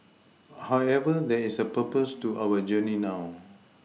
however there is a purpose to our journey now